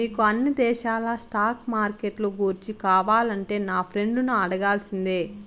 నీకు అన్ని దేశాల స్టాక్ మార్కెట్లు గూర్చి కావాలంటే నా ఫ్రెండును అడగాల్సిందే